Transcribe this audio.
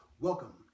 welcome